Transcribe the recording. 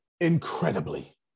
Incredibly